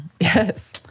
Yes